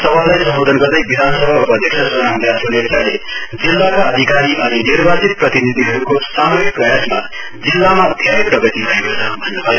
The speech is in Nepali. सभालाई सम्बोधन गर्दै विधानसभा उपाध्यक्ष सोनाम ग्याछो लेप्चाले जिल्लाका अधिकारी अनि निर्वाचित प्रतिनिधिहरूको सामुहिक प्रयासमा जिल्लामा धेरै प्रगति भएको छ भन्न् भयो